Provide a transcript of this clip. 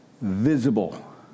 visible